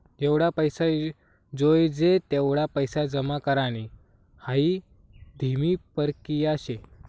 जेवढा पैसा जोयजे तेवढा पैसा जमा करानी हाई धीमी परकिया शे